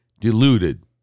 deluded